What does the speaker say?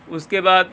اس کے بعد